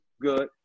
good